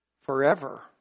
forever